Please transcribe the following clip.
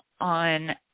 on –